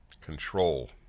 Control